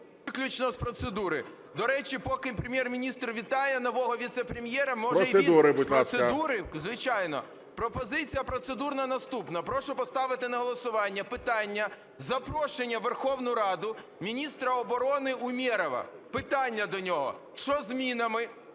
З процедури, будь ласка.